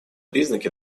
признаки